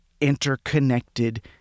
interconnected